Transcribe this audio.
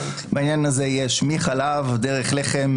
בעניין הזה יש מחלב דרך לחם,